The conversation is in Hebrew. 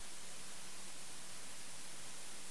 איננו